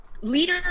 leader